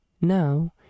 now